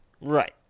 Right